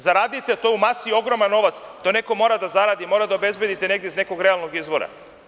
Zaradite, to u masi je ogroman novac, to neko mora da zaradi, morate da obezbedite negde iz nekog realnog izvora.